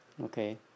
Okay